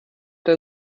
der